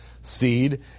seed